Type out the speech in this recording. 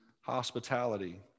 hospitality